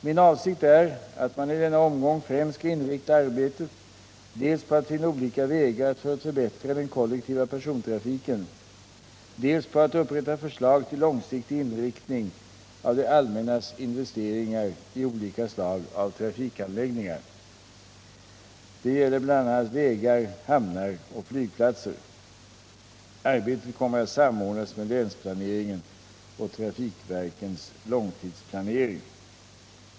Min avsikt är att man i denna omgång främst skall inrikta arbetet dels på att finna olika vägar för att förbättra den kollektiva persontrafiken, dels på att upprätta förslag till långsiktig inriktning av det allmännas investeringar i olika slag av trafikanläggningar. Det gäller bl.a. vägar, hamnar och flygplatser. Arbetet kommer att samordnas med länsplaneringen och trafikverkens långtidsplanering.